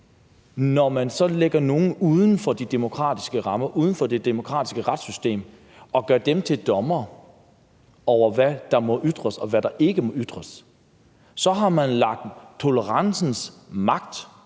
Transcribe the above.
Når man lægger noget uden for de demokratiske rammer, uden for det demokratiske retssystem, og gør dem til dommere over, hvad der må ytres, og hvad der ikke må ytres, så har man lagt tolerancens magt